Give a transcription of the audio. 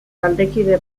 taldekide